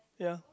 ya